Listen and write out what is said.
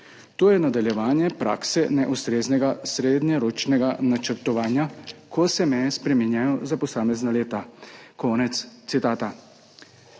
To je nadaljevanje prakse neustreznega srednjeročnega načrtovanja, ko se meje spreminjajo za posamezna leta.« Konec citata.